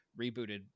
rebooted